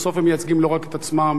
בסוף הם מייצגים לא רק את עצמם,